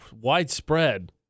widespread